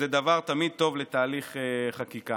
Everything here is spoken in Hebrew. זה דבר תמיד טוב לתהליך חקיקה.